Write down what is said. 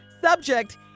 subject